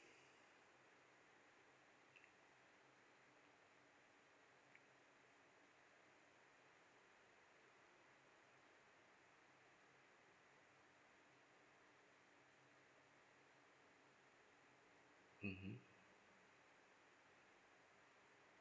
mmhmm